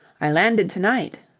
i landed to-night,